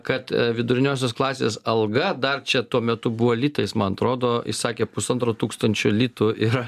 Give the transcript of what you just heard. kad viduriniosios klasės alga dar čia tuo metu buvo litais man atrodo jis sakė pusantro tūkstančio litų yra